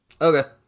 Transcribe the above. Okay